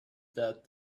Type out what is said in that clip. that